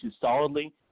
solidly